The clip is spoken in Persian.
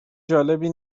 جالبی